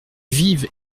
vive